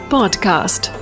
Podcast